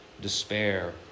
despair